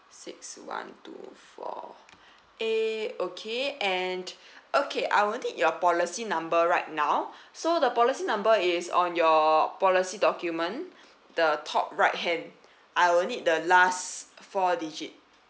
six one two four A okay and okay I will need your policy number right now so the policy number is on your policy document the top right hand I will need the last four digit